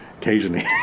occasionally